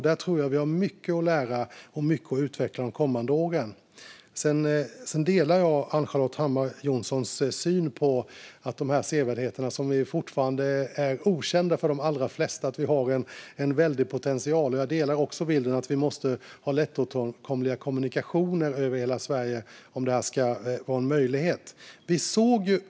Här har vi mycket att lära och utveckla under de kommande åren. Jag delar Ann-Charlotte Hammar Johnssons syn på att det finns en väldig potential på de sevärdheter som fortfarande är okända för de allra flesta. Jag delar också bilden av att vi måste ha lättillgängliga kommunikationer över hela Sverige om detta ska ha en möjlighet.